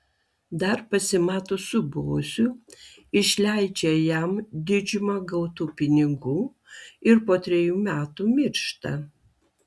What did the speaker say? dar pasimato su boziu išleidžia jam didžiumą gautų pinigų ir po trejų metų miršta